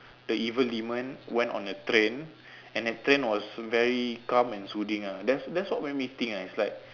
the evil demon went on a train and the train was very calm and soothing ah that's that's what make me think lah it's like